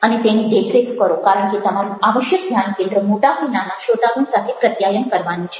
અને તેની દેખરેખ કરો કારણ કે તમારું આવશ્યક ધ્યાનકેન્દ્ર મોટા કે નાના શ્રોતાગણ સાથે પ્રત્યાયન કરવાનું છે